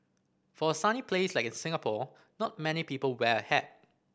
for a sunny place like Singapore not many people wear a hat